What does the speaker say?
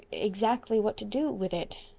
exactly. what to do. with it,